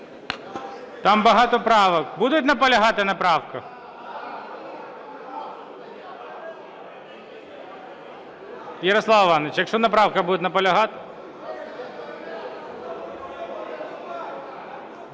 Там багато правок. Будуть наполягати на правках? Ярослав Іванович, якщо на правках будуть наполягати?